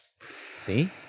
See